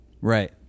Right